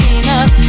enough